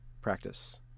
practice